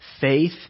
faith